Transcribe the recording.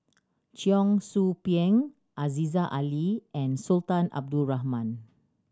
Cheong Soo Pieng Aziza Ali and Sultan Abdul Rahman